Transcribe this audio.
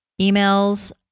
emails